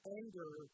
anger